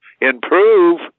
improve